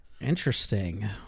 Interesting